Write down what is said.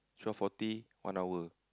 twelve Forty One hour